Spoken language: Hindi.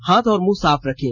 हाथ और मुंह साफ रखें